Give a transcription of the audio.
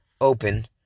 open